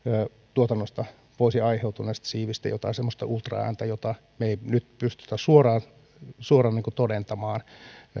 näistä siivistä voisi aiheutua jotain semmoista ultraääntä mistä me emme nyt pysty suoraan todentamaan